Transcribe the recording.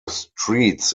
streets